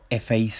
FAC